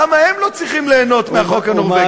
למה הם לא צריכים ליהנות מהחוק הנורבגי?